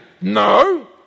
no